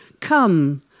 Come